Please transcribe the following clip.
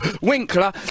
Winkler